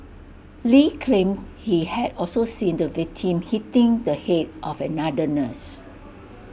lee claimed he had also seen the victim hitting the Head of another nurse